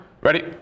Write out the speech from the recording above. Ready